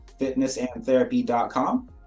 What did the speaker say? Fitnessandtherapy.com